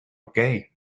okay